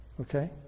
Okay